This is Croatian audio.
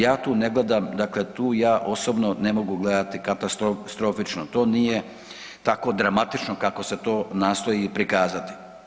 Ja tu ne gledam dakle, tu ja osobno ne mogu gledati katastrofično, to nije tako dramatično kako se to nastoji prikazati.